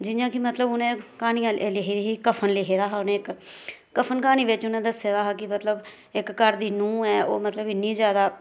जियां कि मतलब कि उनें क्हानियां लिखी ही कफन लिखी ही उनें कफन क्हानी बिच उनें दस्से दा हा कि मतलब इक घर दी नूंह ऐ ओह् इन्नी ज्यादा